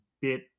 bit